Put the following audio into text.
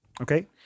Okay